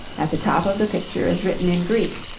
at the top of the picture is written in greek